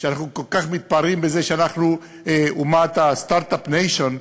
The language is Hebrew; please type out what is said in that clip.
ואנחנו כל כך מתפארים בזה שאנחנו Start-up Nation,